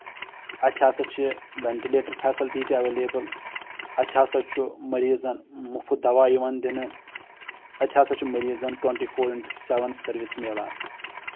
اتہِ ہسا چھِ وینٹلیٹر فیسلٹی تہِ ایٚولیبٕل اَتہِ ہسا چھُ مٔریٖزن مُفت دوہ یِوان دِنہٕ اتہِ ہسا چھُ مٔریٖزن twenty four into seven service میلان